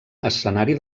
escenari